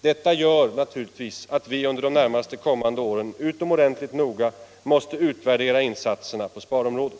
Detta gör naturligtvis att vi under de närmast kommande åren utomordentligt noga måste utvärdera insatserna på sparområdet.